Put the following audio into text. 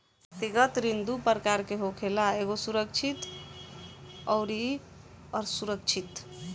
व्यक्तिगत ऋण दू प्रकार के होखेला एगो सुरक्षित अउरी असुरक्षित